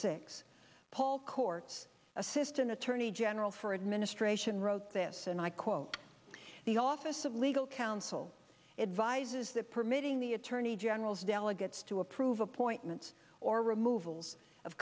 six paul cts assistant attorney general for administration wrote this and i quote the office of legal counsel advises that permitting the attorney general's delegates to approve appointments or removals of